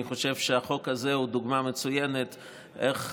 אני חושב שהחוק הזה הוא דוגמה מצוינת איך,